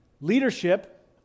leadership